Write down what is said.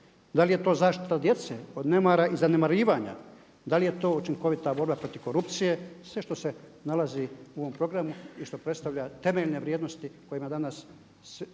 da li je to zaštita djece od nemara i zanemarivanja? Da li je to učinkovita borba protiv korupcije? Sve što se nalazi u ovom programu i što predstavlja temeljne vrijednosti kojima danas